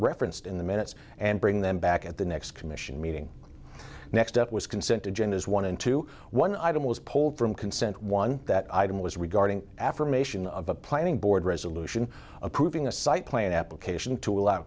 referenced in the minutes and bring them back at the next commission meeting next step was consent agendas one and two one item was pulled from consent one that item was regarding affirmation of a planning board resolution approving a site plan application to allow